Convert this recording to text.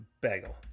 bagel